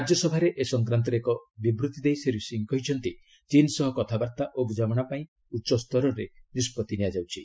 ରାଜ୍ୟସଭାରେ ଏ ସଂକ୍ରାନ୍ତରେ ଏକ ବିବୃତି ଦେଇ ଶ୍ରୀ ସିଂ କହିଛନ୍ତି ଚୀନ ସହ କଥାବାର୍ତ୍ତା ଓ ବୁଝାମଣା ପାଇଁ ଉଚ୍ଚସ୍ତରରେ ନିଷ୍କଭି ନିଆଯାଉଛି